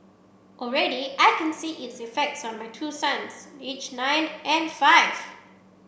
already I can see its effects on my two sons aged nine and five